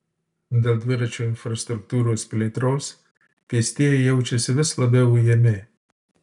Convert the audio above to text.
dėl dviračių infrastruktūros plėtros pėstieji jaučiasi vis labiau ujami